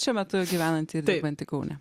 šiuo metu gyvenanti ir dirbanti kaune